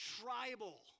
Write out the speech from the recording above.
tribal